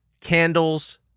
candles